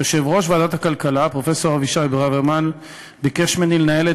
יושב-ראש ועדת הכלכלה פרופסור אבישי ברוורמן ביקש ממני לנהל את